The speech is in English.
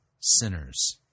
sinners